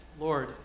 Lord